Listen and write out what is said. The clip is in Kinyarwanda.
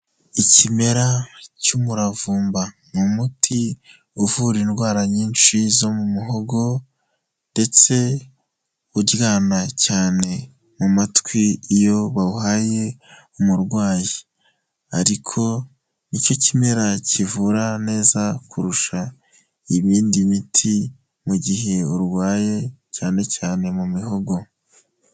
Ikimera cy'umuravumba. Ni umuti uvura indwara nyinshi zo mu muhogo ndetse uryana cyane mu matwi iyo babaye umurwayi. Ariko ni cyo kimera kivura neza kurusha ibindi miti mu gihe urwaye cyane cyane mu mihogo.